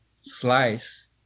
slice